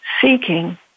seeking